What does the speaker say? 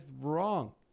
wrong